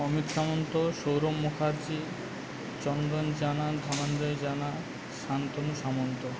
Amit Samanta Sourav Mukherjee Chandan Jana Dhananjay Jana Shantanu Samanta